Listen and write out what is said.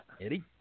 Eddie